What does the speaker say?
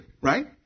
right